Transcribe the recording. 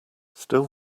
still